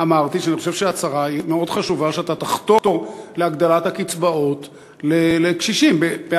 אמרתי שאני חושב שההצהרה שתחתור להגדלת הקצבאות לקשישים היא מאוד חשובה,